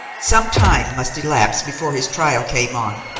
some time must elapse before his trial came on,